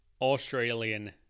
Australian